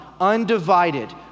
undivided